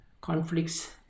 conflicts